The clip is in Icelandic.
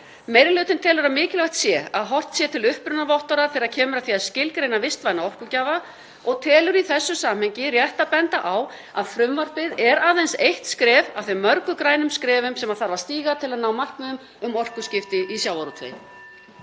Meiri hlutinn telur að mikilvægt sé að horft sé til upprunavottorða þegar kemur að því að skilgreina vistvæna orkugjafa og telur í þessu samhengi rétt að benda á að frumvarpið er aðeins eitt skref af þeim mörgu grænu skrefum sem þarf að stíga til að ná markmiðum um orkuskipti í sjávarútvegi.